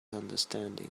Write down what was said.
understanding